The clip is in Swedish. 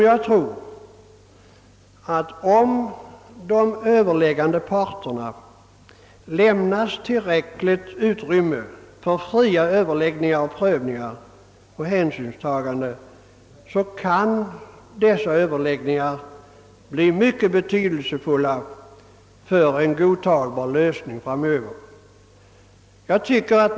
Jag tror att om de överläggan de parterna lämnas tillräckligt utrymme för fria överläggningar, prövningar och hänsynstaganden, så kan dessa överläggningar bli mycket betydelsefulla för en godtagbar lösning framöver.